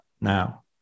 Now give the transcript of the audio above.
now